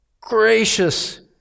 gracious